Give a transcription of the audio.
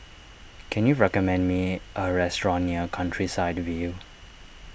can you recommend me a restaurant near Countryside View